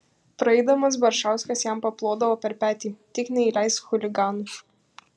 praeidamas baršauskas jam paplodavo per petį tik neįleisk chuliganų